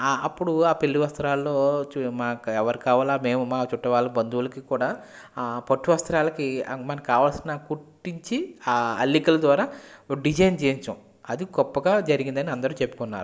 ఆ అప్పుడు ఆ పెళ్ళి వస్రాల్లో చు మా ఎవరు కావాలా మేము మా చుట్టూ వాళ్ళు బంధువులకి కూడా ఆ పట్టు వస్త్రాలకి మన్ కావాల్సిన కుట్టించి ఆ అల్లికల ద్వారా ఒక డిజైన్ చెయ్యిచ్చాం అది గొప్పగా జరిగిందని అందరు చెప్పుకున్నారు